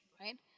right